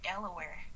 Delaware